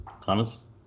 Thomas